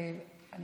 ואני